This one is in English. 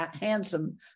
handsome